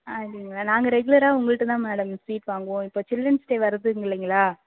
ஆ அப்படிங்களா நாங்கள் ரெகுலராக உங்கள்ட்ட தான் மேடம் ஸ்வீட் வாங்குவோம் இப்போ சில்ரன்ட்ஸ் டே வருதுங்க இல்லைங்களா